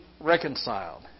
reconciled